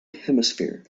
hemisphere